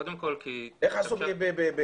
קודם כל כי --- איך עשו במרץ?